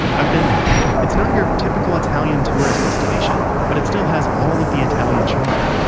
i've been there. it's not your typical italian tourist destination, but it still has all of the italian charm.